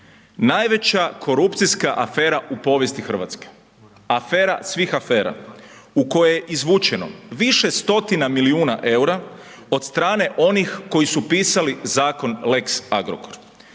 najveća korupcijska afera u povijesti Hrvatske, afera svih afera u kojoj je izvučeno više stotina milijuna EUR-a od strane onih koji su pisali zakon lex Agrokor